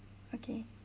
okay